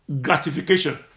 gratification